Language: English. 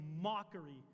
mockery